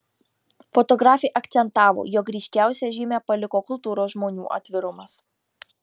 fotografė akcentavo jog ryškiausią žymę paliko kultūros žmonių atvirumas